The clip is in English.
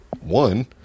one